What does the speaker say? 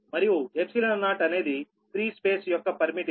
మరియు 0 అనేది ఖాళి స్థలం యొక్క పర్మిటివిటి